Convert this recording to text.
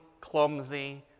clumsy